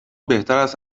بهتراست